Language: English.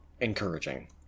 encouraging